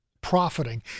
profiting